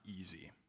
easy